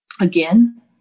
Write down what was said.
Again